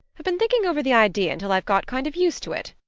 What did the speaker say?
i've been thinking over the idea until i've got kind of used to it.